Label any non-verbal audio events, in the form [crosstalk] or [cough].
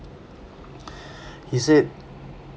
[breath] he said